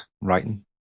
writing